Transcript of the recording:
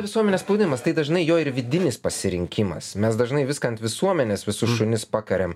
visuomenės spaudimas tai dažnai jo ir vidinis pasirinkimas mes dažnai viską ant visuomenės visus šunis pakariam